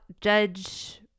judge